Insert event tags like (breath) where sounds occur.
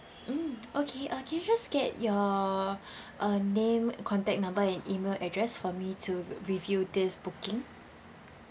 mm okay uh can I just get your (breath) uh name contact number and email address for me to review this booking